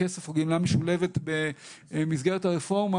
גמלה בכסף או גמלה משולבת במסגרת הרפורמה,